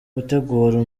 gutegura